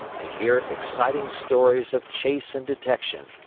to hear exciting stories of chase and detection,